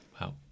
wow